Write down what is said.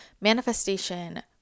manifestation